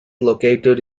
located